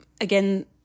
Again